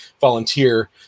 volunteer